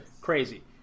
crazy